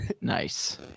Nice